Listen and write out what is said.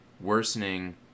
worsening